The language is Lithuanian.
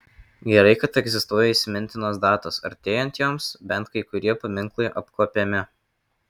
gerai kad egzistuoja įsimintinos datos artėjant joms bent kai kurie paminklai apkuopiami